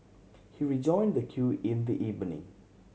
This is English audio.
he rejoined the queue in the evening